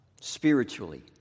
Spiritually